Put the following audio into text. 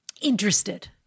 interested